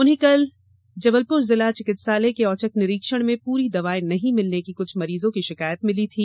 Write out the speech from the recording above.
उन्हें कल जबलपुर जिला चिकित्सालय के औचक निरीक्षण में पूरी दवाएँ नहीं मिलने की कुछ मरीजों की शिकायत प्राप्त हुई थी